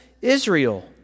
Israel